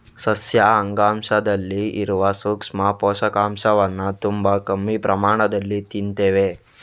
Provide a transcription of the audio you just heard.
ಸಸ್ಯ ಅಂಗಾಂಶದಲ್ಲಿ ಇರುವ ಸೂಕ್ಷ್ಮ ಪೋಷಕಾಂಶವನ್ನ ತುಂಬಾ ಕಮ್ಮಿ ಪ್ರಮಾಣದಲ್ಲಿ ತಿಂತೇವೆ